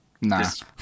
Nice